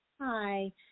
Hi